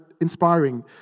inspiring